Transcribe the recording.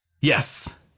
Yes